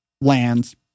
lands